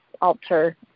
alter